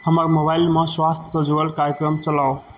हमर मोबाइलमे स्वास्थ्यसे जुड़ल कार्यक्रम चलाउ